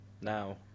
now